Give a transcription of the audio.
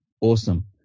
Awesome